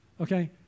Okay